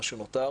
מה שנותר.